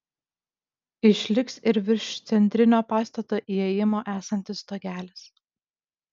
išliks ir virš centrinio pastato įėjimo esantis stogelis